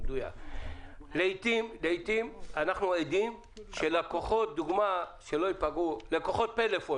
לעיתים אנחנו עדים לכך שללקוחות פלאפון